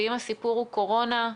ואם הסיפור הוא קורונה,